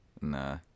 Nah